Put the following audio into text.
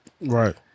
Right